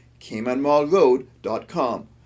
caymanmallroad.com